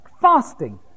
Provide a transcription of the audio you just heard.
fasting